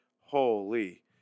holy